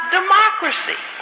democracy